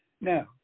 Now